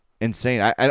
insane